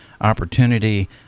opportunity